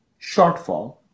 shortfall